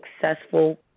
Successful